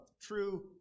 true